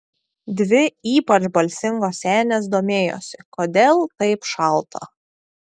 dvi ypač balsingos senės domėjosi kodėl taip šalta